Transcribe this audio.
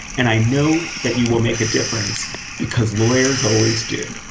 and i know that you will make a difference because lawyers always do,